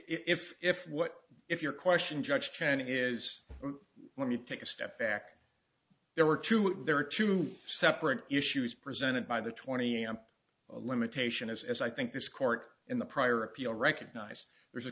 if if what if your question judge gannett is when you take a step back there were two there are two separate issues presented by the twenty amp limitation as i think this court in the prior appeal recognized there's a